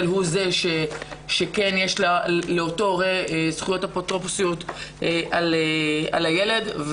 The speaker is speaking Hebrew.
הוא שכן יש לאותו הורה זכויות אפוטרופסות על הילד.